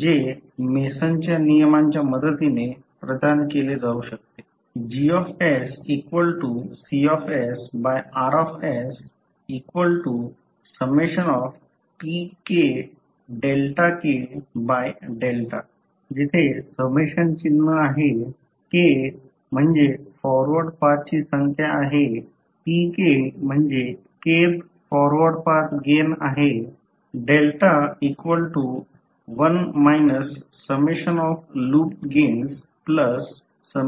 जे मेसनच्या नियमांच्या मदतीने प्रदान केले जाऊ शकते GCRkTkk ∑ summation k forward path ची संख्या Tk kthफॉरवर्ड पाथ गेन